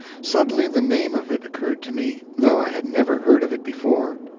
suddenly the name of it occurred to me, though i had never heard of it before.